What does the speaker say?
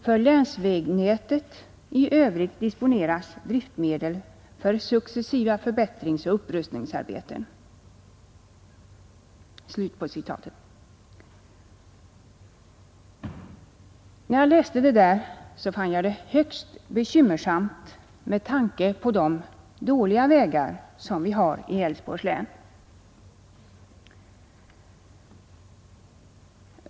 För länsvägnätet i övrigt disponeras driftmedel för successiva förbättringsoch upprustningsarbeten.” När jag läste detta fann jag det högst bekymmersamt med tanke på de dåliga vägar som vi har i Älvsborgs län.